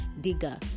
digger